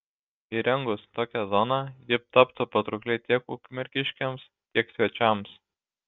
įrengus tokią zoną ji taptų patraukli tiek ukmergiškiams tiek svečiams